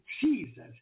Jesus